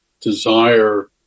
desire